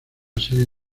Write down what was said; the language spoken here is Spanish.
serie